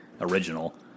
original